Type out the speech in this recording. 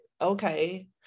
okay